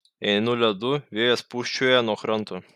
einu ledu vėjas pūsčioja nuo kranto